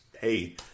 hey